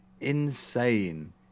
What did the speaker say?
insane